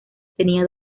tenía